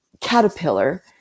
caterpillar